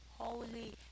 holy